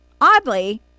Oddly